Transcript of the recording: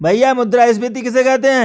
भैया मुद्रा स्फ़ीति किसे कहते हैं?